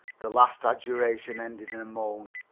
the last adjuration ended in a moan.